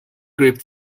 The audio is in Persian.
گریپ